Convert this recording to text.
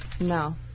No